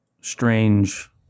strange